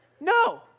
No